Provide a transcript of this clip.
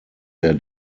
der